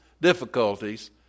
difficulties